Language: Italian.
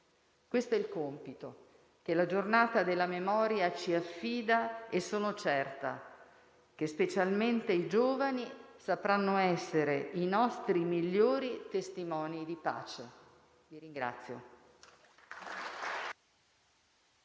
Questo è il compito che la Giornata della Memoria ci affida e sono certa che, specialmente i giovani, sapranno essere i nostri migliori testimoni di pace.